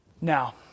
Now